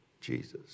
Jesus